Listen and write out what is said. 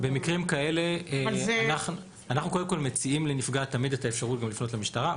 אנחנו קודם כול מציעים לנפגעת תמיד את האפשרות גם לפנות למשטרה.